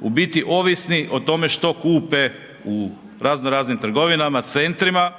u biti ovisni o tome što kupe u razno raznim trgovinama, centrima,